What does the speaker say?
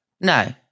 No